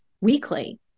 weekly